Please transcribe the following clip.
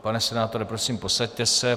Pane senátore, prosím, posaďte se.